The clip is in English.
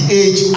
age